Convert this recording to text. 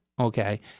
okay